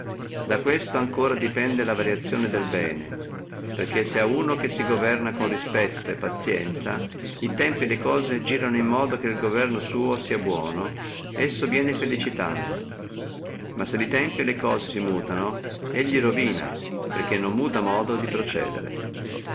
da questo ancora depende la variazione del bene perché se uno che si governa con respetti e pazienzia e tempi e le cose girono in modo che il governo suo sia buono e viene felicitando ma se e tempi e le cose si mutano rovina perché non muta modo di procedere